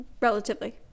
relatively